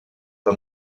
pas